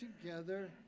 together